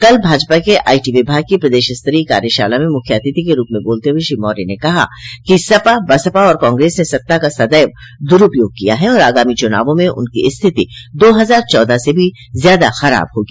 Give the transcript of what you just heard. कल भाजपा के आईटी विभाग की प्रदेश स्तरीय कार्यशाला में मुख्य अतिथि के रूप में बोलते हुए श्री मौर्य ने कहा कि सपा बसपा और कांग्रेस ने सत्ता का सदैव दुरूपयोग किया है और आगामी चुनावों में उनकी स्थिति दो हजार चौदह से भी ज्यादा खराब होगी